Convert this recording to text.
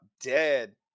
dead